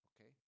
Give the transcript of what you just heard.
Okay